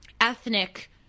ethnic